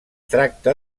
tracta